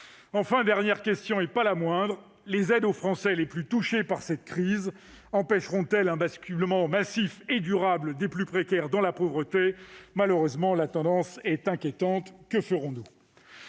Enfin, dernière question, et pas la moindre, les aides aux Français les plus touchés par cette crise empêcheront-elles un basculement massif et durable des plus précaires dans la pauvreté ? Malheureusement, la tendance est inquiétante. Que ferons-nous ?